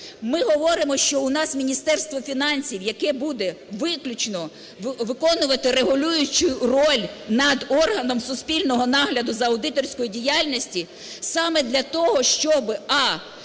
Ми говоримо, що у нас Міністерство фінансів, яке буде виключно виконувати регулюючу роль над органом суспільного нагляду з аудиторської діяльності, саме для того, щоб: